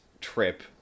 trip